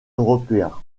européen